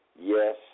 Yes